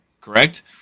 Correct